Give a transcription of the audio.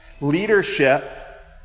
Leadership